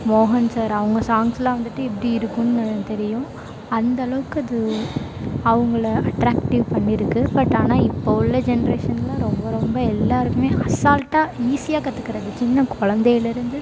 மோகன் சார் அவங்க சாங்ஸுலாம் வந்துவிட்டு எப்படி இருக்கும்ன்னு தெரியும் அந்தளவுக்கு அது அவங்களை அட்ராக்டிவ் பண்ணியிருக்கு பட் ஆனால் இப்போது உள்ள ஜென்ரேஷனில் ரொம்ப ரொம்ப எல்லோருக்குமே அசால்ட்டாக ஈஸியாக கத்துக்கிறது சின்னக் கொழந்தைலேருந்து